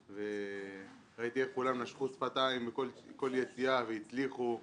וראיתי איך כולם נשכו שפתיים בכל יציאה והצליחו,